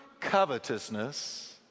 covetousness